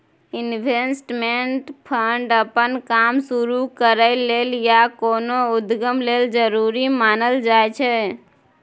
investment fund अप्पन काम शुरु करइ लेल या कोनो उद्यम लेल जरूरी मानल जाइ छै